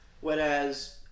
Whereas